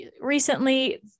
recently